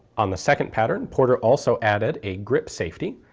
on the second pattern, porter also added a grip safety,